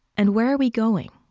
and where are we going?